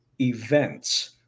events